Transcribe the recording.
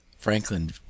Franklin